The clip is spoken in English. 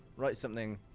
write something.